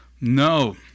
No